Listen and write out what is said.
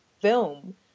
film